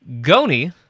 Goni